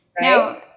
Now